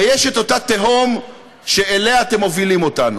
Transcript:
ויש אותה תהום שאליה אתם מובילים אותנו,